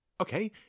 Okay